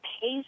pays